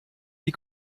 die